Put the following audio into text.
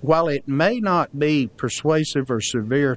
while it may not be persuasive or severe